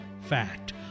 Fact